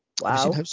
wow